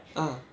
ah